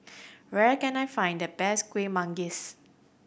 where can I find the best Kuih Manggis